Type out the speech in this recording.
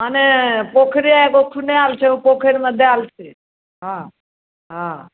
मने पोखरि एगो खुनाओल छै ओ पोखरिमे दैल छै हँ हँ